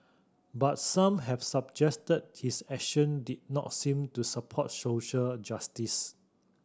but some have suggested his action did not seem to support social justice